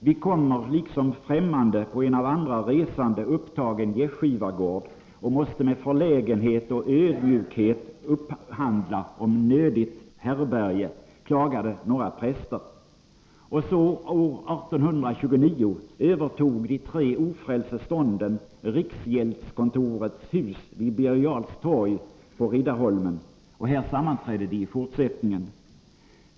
”Vi kommer liksom främmande på en av andra resande upptagen gästgivargård och måste med förlägenhet och ödmjukhet underhandla om nödigt härbärge”, klagade några präster. År 1829 övertog de tre ofrälse stånden riksgäldskontorets hus vid Birger Jarls torg på Riddarholmen. Här sammanträdde de i fortsättningen.